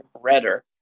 redder